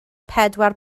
pedwar